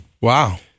wow